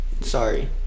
Sorry